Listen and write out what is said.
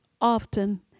often